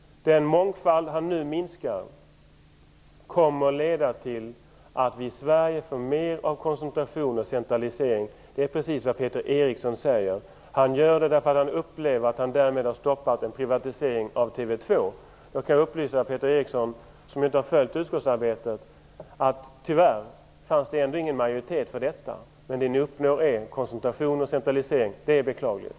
Den mångfald han nu minskar kommer att leda till att vi i Sverige får mer av koncentration och centralisering. Det är precis vad Peter Eriksson säger. Han gör det därför att han upplever att han därmed har stoppat en privatisering av TV 2. Jag kan upplysa Peter Eriksson, som inte har följt utskottsarbetet, om att det tyvärr ändå inte fanns någon majoritet för detta. Det ni uppnår är en koncentration och en centralisering. Det är beklagligt.